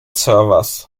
servers